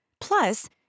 Plus